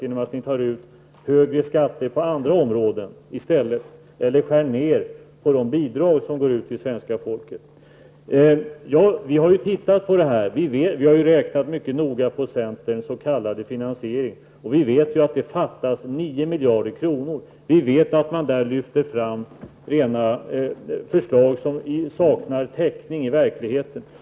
Vill ni i stället ta ut högre skatter på andra områden? Eller vill ni skära ner på de bidrag som går ut till svenska folket? Vi har räknat mycket noga på centerns s.k. finansiering, och vi vet ju att det fattas 9 miljarder kronor. Centern lyfter fram förslag som saknar täckning i verkligheten.